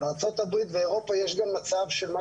בארצות הברות ואירופה יש גם מצב של מה